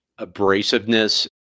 abrasiveness